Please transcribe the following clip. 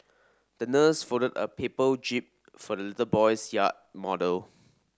the nurse folded a paper jib for the little boy's yacht model